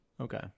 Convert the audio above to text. Okay